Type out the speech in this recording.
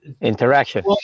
interaction